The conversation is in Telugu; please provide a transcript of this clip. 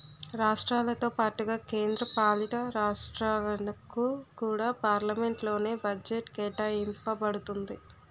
రాష్ట్రాలతో పాటుగా కేంద్ర పాలితరాష్ట్రాలకు కూడా పార్లమెంట్ లోనే బడ్జెట్ కేటాయింప బడుతుంది